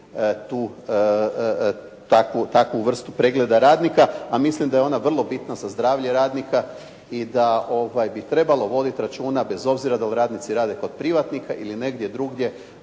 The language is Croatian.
takvu vrstu pregleda radnika, a mislim da je ona vrlo bitna za zdravlje radnika i da bi trebalo voditi računa bez obzira da li radnici rade kod privatnika ili negdje drugdje,